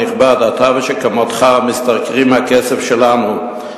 אתה ושכמותך משתכרים מהכסף שלנו,